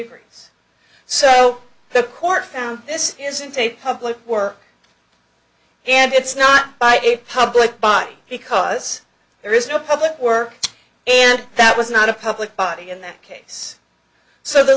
agrees so the court found this isn't a public work and it's not by a public body because there is no public work and that was not a public body in that case so the